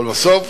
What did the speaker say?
ולבסוף,